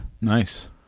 Nice